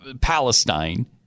Palestine